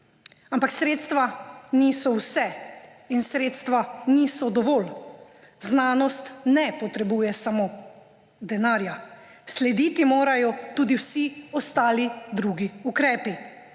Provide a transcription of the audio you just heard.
Ampak sredstva niso vse in sredstva niso dovolj. Znanost ne potrebuje samo denarja, slediti morajo tudi vsi drugi ukrepi.